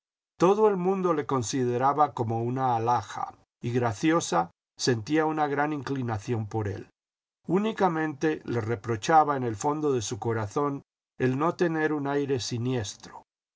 todo el mundo le consideraba como una alhaja y graciosa sentía una gran inclinación por él únicamente le reprochaba en el fondo de su corazón el no tener un aire siniestro